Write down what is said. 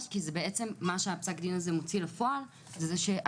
שהדגשת חשוב כי מה שפסק הדין הזה מוציא לפועל זה שהגנות